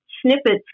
snippets